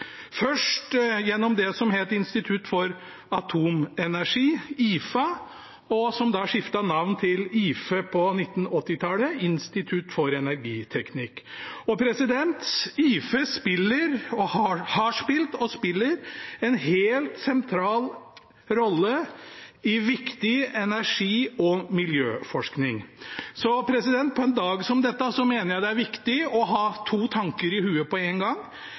først gjennom det som het Institutt for atomenergi, IFA, som skiftet navn til Institutt for energiteknikk, IFE, på 1980-tallet. IFE har spilt og spiller en helt sentral rolle i viktig energi- og miljøforskning. På en dag som dette mener jeg det er viktig å ha to tanker i hodet på én gang.